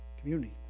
community